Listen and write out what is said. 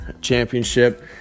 championship